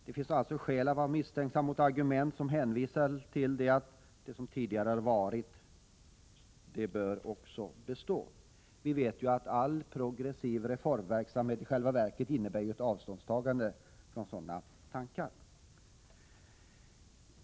Det finns alltså anledning att vara misstänksam mot argument som hänvisar till att det som tidigare varit bör bestå. Vi vet ju att i själva verket all progressiv reformverksamhet innebär ett avståndstagande från sådana tankegångar.